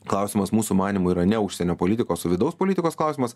klausimas mūsų manymu yra ne užsienio politikos o vidaus politikos klausimas